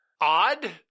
Odd